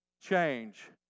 Change